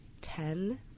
ten